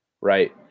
Right